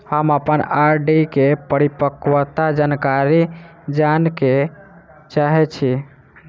हम अप्पन आर.डी केँ परिपक्वता जानकारी जानऽ चाहै छी